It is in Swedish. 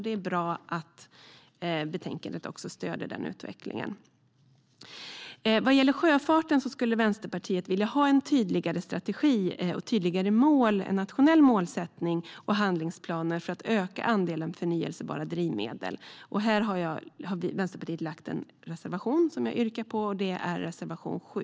Det är bra att betänkandet stöder den utvecklingen. Vad gäller sjöfarten skulle Vänsterpartiet vilja ha en tydligare strategi, en nationell målsättning och handlingsplaner för att öka andelen förnybara drivmedel. Här har Vänsterpartiet en reservation som jag yrkar bifall till, och det är reservation 7.